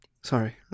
Sorry